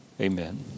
Amen